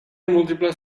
múltiples